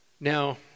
Now